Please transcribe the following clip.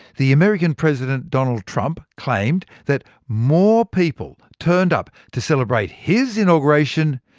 the american president donald trump claimed that more people turned up to celebrate his inauguration,